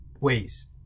ways